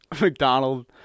McDonald